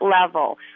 level